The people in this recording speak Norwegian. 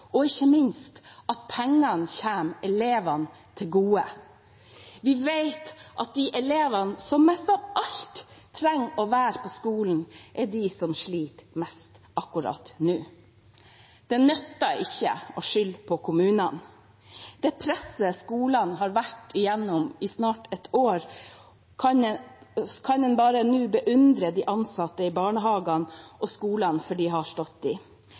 og ikke minst at pengene kommer elevene til gode. Vi vet at de elevene som mest av alt trenger å være på skolen, er de som sliter mest akkurat nå. Det nytter ikke å skylde på kommunene. Det presset skolene har vært igjennom i snart ett år, er enormt, og en kan bare beundre de ansatte i barnehagene og skolene etter det de har stått i. Skolene trenger penger på bordet nå, og de